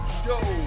show